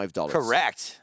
Correct